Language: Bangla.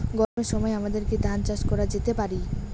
গরমের সময় আমাদের কি ধান চাষ করা যেতে পারি?